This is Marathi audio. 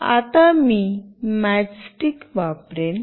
आता मी मॅचस्टीक वापरेन